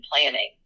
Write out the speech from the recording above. planning